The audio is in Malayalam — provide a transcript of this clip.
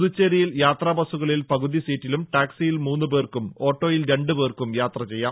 പുതുച്ചേരിയിൽ യാത്രാ ബസുകളിൽ പകുതി സീറ്റിലും ടാക്സിയിൽ മൂന്ന് പേർക്കും ഓട്ടോയിൽ രണ്ട് പേർക്കും യാത്ര ചെയ്യാം